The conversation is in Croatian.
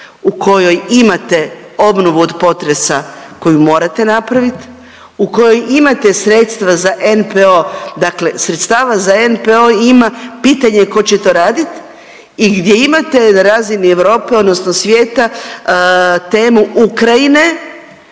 u kojoj imate obnovu od potresa koju morate napraviti, u kojoj imate sredstva za NPO, dakle sredstava za NPO ima. Pitanje je tko će to raditi i gdje imate na razini Europe, odnosno svijeta temu Ukrajine